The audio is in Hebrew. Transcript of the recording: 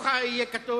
בתוכה יהיה כתוב,